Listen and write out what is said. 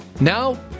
Now